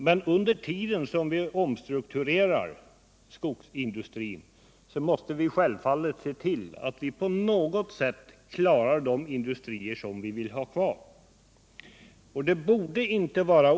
Men under tiden vi omstrukturerar skogsindustrin måste vi självfallet se till att vi på något sätt klarar de industrier som vi vill ha kvar.